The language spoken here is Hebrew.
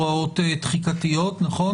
הוועדות האזוריות ולהקנות לו את אותן הסמכויות לעניין